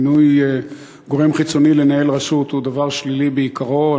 מינוי גורם חיצוני לנהל רשות הוא דבר שלילי בעיקרו.